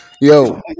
Yo